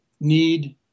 need